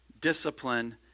discipline